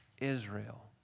Israel